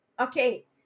Okay